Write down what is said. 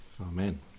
Amen